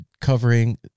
covering